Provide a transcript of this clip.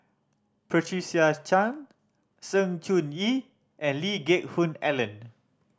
Patricia Chan Sng Choon Yee and Lee Geck Hoon Ellen